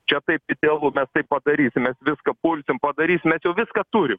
čia taip idealu mes tai padarysim mes viską pulsim padarysim mes jau viską turi